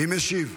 מי משיב?